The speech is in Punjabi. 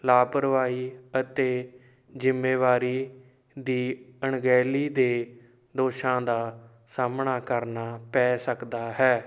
ਲਾਪਰਵਾਹੀ ਅਤੇ ਜ਼ਿੰਮੇਵਾਰੀ ਦੀ ਅਣਗਹਿਲੀ ਦੇ ਦੋਸ਼ਾਂ ਦਾ ਸਾਹਮਣਾ ਕਰਨਾ ਪੈ ਸਕਦਾ ਹੈ